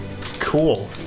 Cool